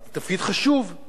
אבל גם לסייע לה.